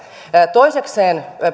toisekseen se että